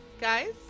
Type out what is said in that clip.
Guys